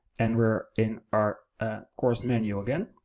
and we're in our course menu again.